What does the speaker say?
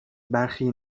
برخی